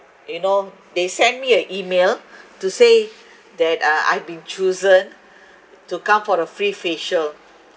you know they sent me a email to say that uh I've been chosen to come for the free facial